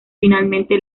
finalmente